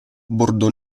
bordo